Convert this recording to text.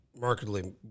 markedly